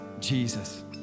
Jesus